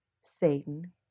Satan